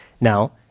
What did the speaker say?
Now